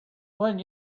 one